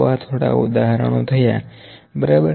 તો આં થોડા ઉદાહરણો થયા બરાબર